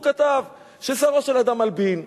הוא כתב: כששערו של אדם מלבין,